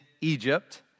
Egypt